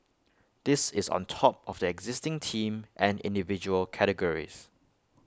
this is on top of the existing team and individual categories